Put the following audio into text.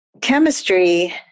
chemistry